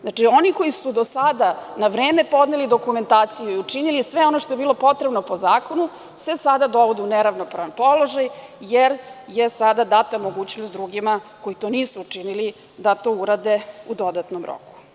Znači, oni koji su do sada na vreme podneli dokumentaciju i učinili sve ono što je bilo potrebno po zakonu, se sada dovode u neravnopravan položaj, jer je sada data mogućnost drugima koji to nisu učinili da to urade u dodatnom roku.